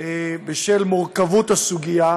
בשל מורכבות הסוגיה,